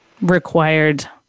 required